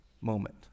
moment